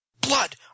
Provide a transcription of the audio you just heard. Blood